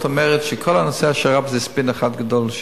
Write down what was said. אומרת שכל הנושא של השר"פ זה ספין אחד גדול,